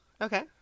Okay